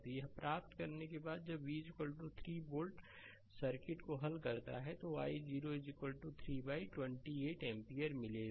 तो यह प्राप्त करने के बाद जब v 3 वोल्ट सर्किट को हल करता है तो i0 3 बाइ 28 एम्पीयर मिलेगा